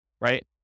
right